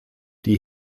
die